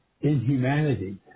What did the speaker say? inhumanity